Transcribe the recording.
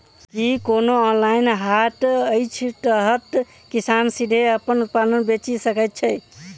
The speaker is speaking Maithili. की कोनो ऑनलाइन हाट अछि जतह किसान सीधे अप्पन उत्पाद बेचि सके छै?